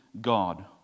God